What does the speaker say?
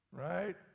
Right